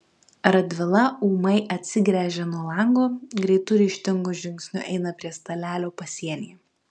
radvila ūmai atsigręžia nuo lango greitu ryžtingu žingsniu eina prie stalelio pasienyje